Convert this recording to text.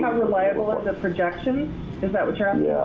reliable is the projection is that what you're um yeah